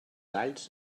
alls